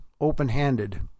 open-handed